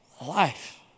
Life